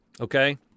okay